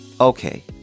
Okay